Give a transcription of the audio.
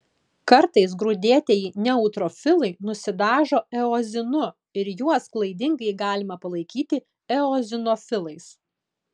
kartais grūdėtieji neutrofilai nusidažo eozinu ir juos klaidingai galima palaikyti eozinofilais